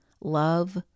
love